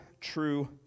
true